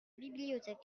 bibliothèque